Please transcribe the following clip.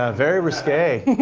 ah very risque.